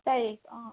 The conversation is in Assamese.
তাৰিখ অঁ